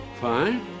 Fine